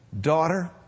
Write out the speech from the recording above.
daughter